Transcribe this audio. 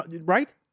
Right